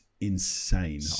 insane